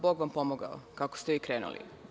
Bog vam pomogao, kako ste vi krenuli.